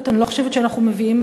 אני לא חושבת שאנחנו מביאים